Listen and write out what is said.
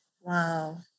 Wow